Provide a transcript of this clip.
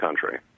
country